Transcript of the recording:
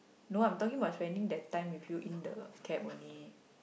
no I'm talking about spending that time with you in the camp only